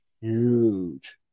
huge